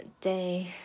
day